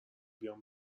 بیام